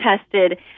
tested